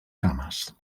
cames